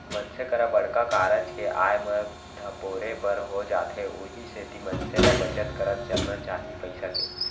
मनसे करा बड़का कारज के आय म धपोरे बर हो जाथे उहीं सेती मनसे ल बचत करत चलना चाही पइसा के